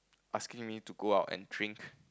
asking me to go out and drink